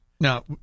Now